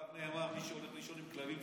עליו נאמר: מי שהולך לישון עם כלבים,